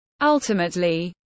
Ultimately